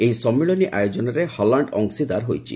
ଏହି ସମ୍ମିଳନୀ ଆୟୋଜନରେ ହଲାଣ୍ଡ ଅଂଶିଦାର ହୋଇଛି